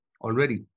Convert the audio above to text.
already